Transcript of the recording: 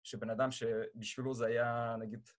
שבן אדם שבשבילו זה היה, נגיד...